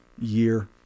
year